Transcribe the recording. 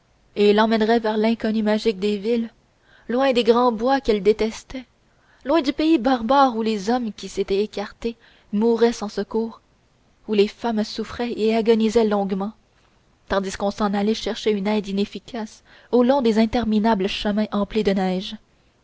et l'emmènerait vers l'inconnu magique des villes loin des grands bois qu'elle détestait loin du pays barbare où les hommes qui s'étaient écartés mouraient sans secours où les femmes souffraient et agonisaient longuement tandis qu'on s'en allait chercher une aide inefficace au long des interminables chemins emplis de neige